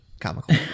comical